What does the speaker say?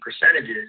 percentages